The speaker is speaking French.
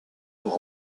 pour